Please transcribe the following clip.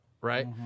right